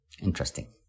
Interesting